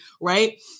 right